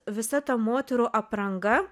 visa ta moterų apranga